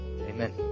Amen